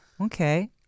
okay